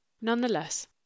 Nonetheless